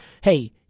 hey